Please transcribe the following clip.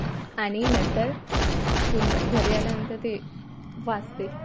आणि नंतर पूर्ण घरी आल्यानंतर ते वाचते